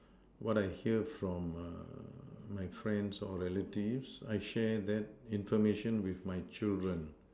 what I hear from uh my friends or relatives I share that information with my children